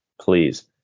please